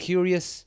Curious